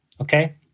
Okay